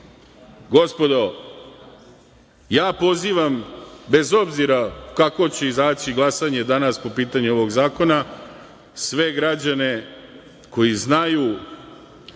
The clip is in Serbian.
vodu? Gospodo, ja pozivam, bez obzira kako će izaći glasanje danas po pitanju ovog zakona, sve građane koji znaju